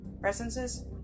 presences